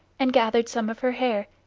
and gathered some of her hair,